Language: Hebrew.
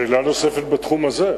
שאלה נוספת בתחום הזה.